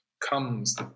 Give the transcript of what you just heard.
comes